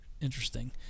interesting